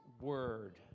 word